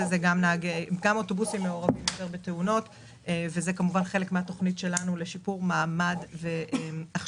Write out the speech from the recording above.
את התכנית למגזר הערבי אני מבינה,